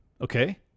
Okay